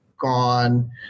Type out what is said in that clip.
gone